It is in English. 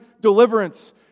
deliverance